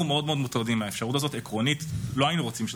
הצעת חוק לדחיית הבחירות הכלליות לרשויות המקומיות ולמועצות האזוריות,